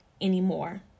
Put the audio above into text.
anymore